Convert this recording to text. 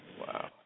Wow